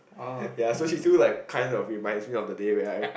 ya so she still like kind of reminds me of the day where I